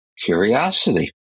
curiosity